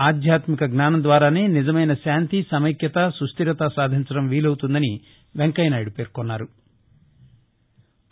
ఆధ్యాత్మిక జ్ఞానం ద్వారానే నిజమైన శాంతి సమైక్యతా సుస్లిరత సాధించడం వీలవుతుందని వెంకయ్యనాయుడు పేర్కొన్నారు